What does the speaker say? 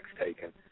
taken